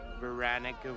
Veronica